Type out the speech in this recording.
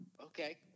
Okay